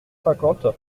cinquante